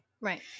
Right